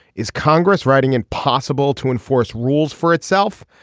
is congress writing impossible to enforce rules for itself.